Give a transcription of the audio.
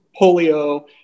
polio